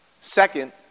Second